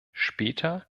später